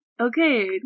Okay